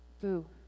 Boo